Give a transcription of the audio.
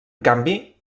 canvi